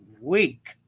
week